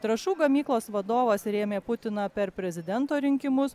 trąšų gamyklos vadovas rėmė putiną per prezidento rinkimus